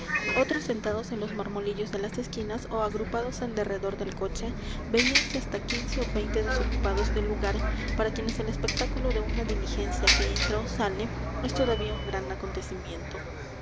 otros sentados en los marmolillos de las esquinas ó agrupados en derredor del coche veíanse hasta quince ó veinte desocupados del lugar para quienes el espectáculo de una diligencia que entra ó sale es todavía un gran acontecimiento